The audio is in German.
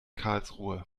karlsruhe